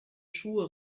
schuhe